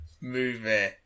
movie